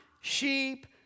sheep